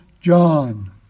John